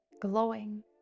glowing